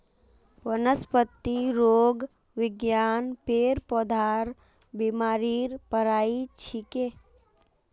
वनस्पतिरोग विज्ञान पेड़ पौधार बीमारीर पढ़ाई छिके